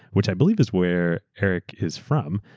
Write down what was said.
which i believe is where eric is from,